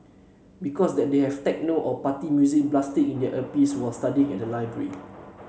because they have techno or party music blasting in their earpieces while studying at the library